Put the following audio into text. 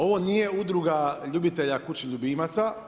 Ovo nije Udruga ljubitelja kućnih ljubimica.